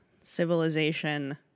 civilization